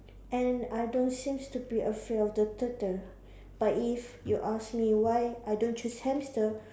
and I don't seem to be afraid of the turtle but if you ask me why I don't choose hamster